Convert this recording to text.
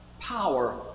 power